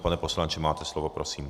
Pane poslanče, máte slovo, prosím.